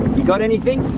you got anything?